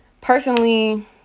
personally